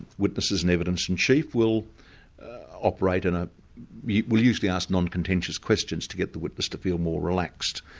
witnesses and evidence-in-chief, will operate in a we'll usually ask non-contentious questions to get the witness to feel more relaxed.